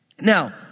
Now